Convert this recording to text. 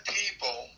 people